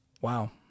Wow